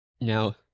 Now